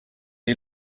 est